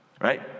Right